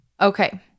Okay